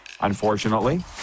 unfortunately